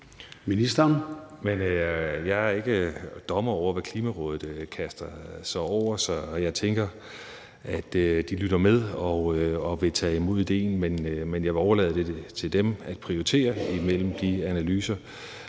Jeg er ikke dommer over, hvad Klimarådet kaster sig over. Jeg tænker, at de lytter med og vil tage imod idéen, men jeg vil overlade det til dem at prioritere imellem de analyser,